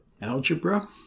algebra